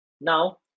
Now